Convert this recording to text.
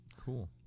Cool